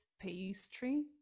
pastry